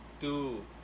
Two